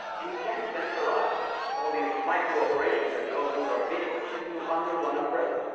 and you can't centralize all these micro operations that we all do to our vehicles into under one umbrella.